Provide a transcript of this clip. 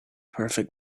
perfect